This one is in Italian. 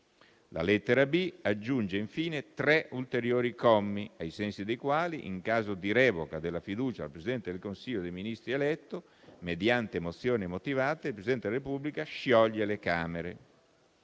La lettera *b)* aggiunge infine tre ulteriori commi, ai sensi dei quali, in caso di revoca della fiducia al Presidente del Consiglio dei ministri eletto, mediante mozione motivata, il Presidente della Repubblica scioglie le Camere.